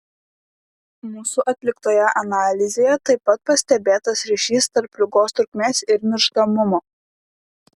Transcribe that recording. mūsų atliktoje analizėje taip pat pastebėtas ryšys tarp ligos trukmės ir mirštamumo